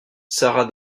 sarah